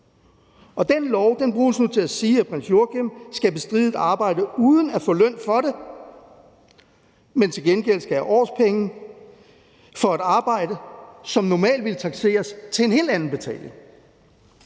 Den lov bruges nu til at sige, at prins Joachim skal bestride et arbejde uden at få løn for det, men at han til gengæld skal have årpenge for et arbejde, som normalt ville blive takseret til en helt anden betaling.